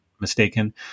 mistaken